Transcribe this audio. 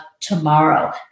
tomorrow